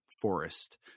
forest